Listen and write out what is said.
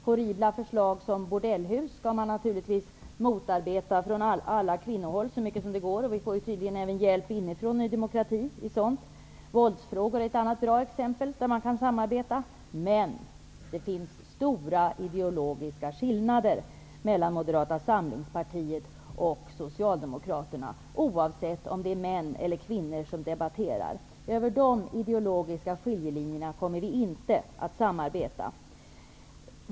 Horribla förslag om bordeller skall man från kvinnohåll motarbeta så mycket det går. Vi får tydligen också hjälp inifrån Ny demokrati. Våldsfrågor är det också bra att samarbeta om. Det finns dock ideologiska skillnader mellan Socialdemokraterna, oavsett om det är kvinnor eller män som debatterar. Över de ideologiska skiljelinjerna kommer vi inte att samarbeta.